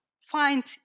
find